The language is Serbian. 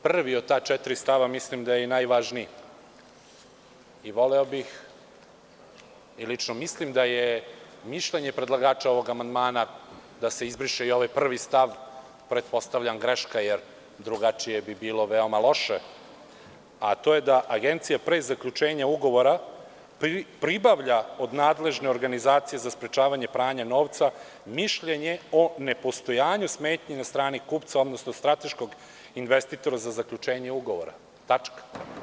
Prvi od ta četiri stava mislim da je i najvažniji i voleo bih i lično mislim da je mišljenje predlagača ovog amandmana da se izbriše i ovaj prvi stav, pretpostavljam greška, jer drugačije bi bilo veoma loše, a to je da Agencija pre zaključenja ugovora pribavlja od nadležne organizacije za sprečavanje pranja novca mišljenje o nepostojanju smetnji na strani kupca, odnosno strateškog investitora za zaključenje ugovora – tačka.